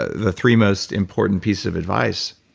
the three most important pieces of advice